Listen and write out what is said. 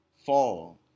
fall